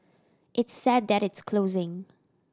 it's sad that it's closing